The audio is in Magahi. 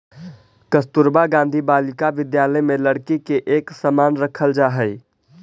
कस्तूरबा गांधी बालिका विद्यालय में लड़की के एक समान रखल जा हइ